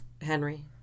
Henry